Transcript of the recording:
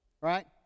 right